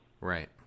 Right